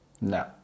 No